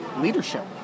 leadership